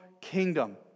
kingdom